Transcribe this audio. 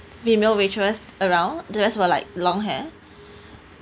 female waitress around the rest were like long hair